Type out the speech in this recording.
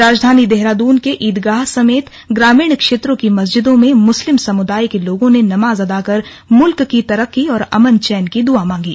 राजधानी देहरादून के ईदगाह समेत ग्रामीण क्षेत्रों की मस्जिदों में मुस्लिम समुदाय के लोगों ने नमाज अदा कर मुल्क की तरक्की और अमन चैन की दुआ मांगी